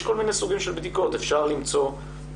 יש כל מיני סוגים של בדיקות, אפשר למצוא את